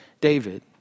David